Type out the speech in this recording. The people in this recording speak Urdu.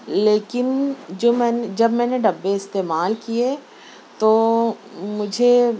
لیکن جو میں جب میں نے ڈبے استعمال کئے تو مجھے